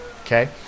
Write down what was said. Okay